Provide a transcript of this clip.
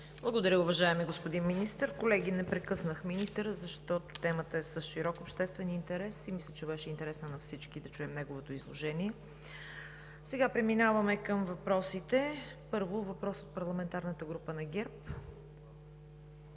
Благодаря, уважаеми господин Министър. Колеги, не прекъснах министъра, защото темата е с широк обществен интерес и мисля, че беше интересно на всички да чуем неговото изложение. Преминаваме към въпросите. Първо, въпрос от парламентарната група на ГЕРБ.